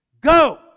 go